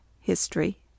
History